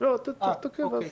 אגב,